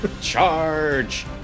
Charge